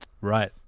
Right